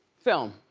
film?